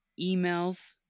emails